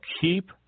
keep